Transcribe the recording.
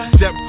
Step